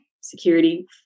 security